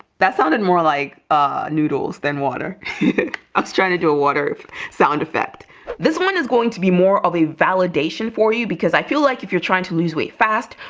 that sounded more like ah noodles than water i'm stranded to a water sound effect this one is going to be more of a validation for you because i feel like if you're trying to lose weight fast,